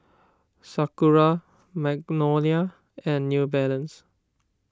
Sakura Magnolia and New Balance